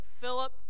Philip